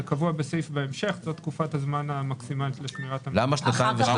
זה תקופת הזמן המקסימלית לשמירת המידע.